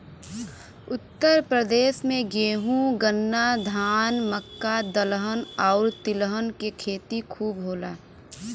उत्तर प्रदेश में गेंहू, गन्ना, धान, मक्का, दलहन आउर तिलहन के खेती खूब होला